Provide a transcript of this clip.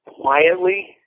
quietly